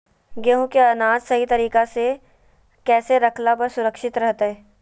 गेहूं के अनाज सही तरीका से कैसे रखला पर सुरक्षित रहतय?